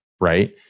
right